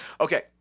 Okay